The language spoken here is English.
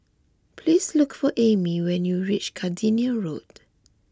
please look for Aimee when you reach Gardenia Road